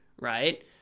right